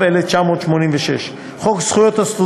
התשע"ב 2012, 82. חוק דחיית שירות